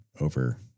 over